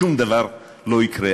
שום דבר לא יקרה.